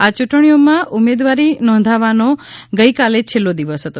આ ચુંટણીઓમાં ઉમેદવારી નોંધાવવાનો ગઇકાલે છેલ્લો દિવસ હતો